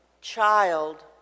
child